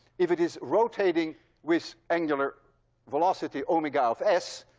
if it is rotating with angular velocity omega of s,